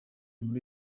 muri